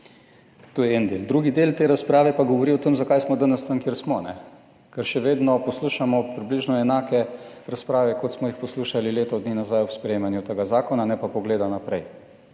To je en del. Drugi del te razprave pa govori o tem zakaj smo danes tam kjer smo, ker še vedno poslušamo približno enake razprave, kot smo jih poslušali leto dni nazaj ob sprejemanju tega zakona, ne pa pogleda naprej.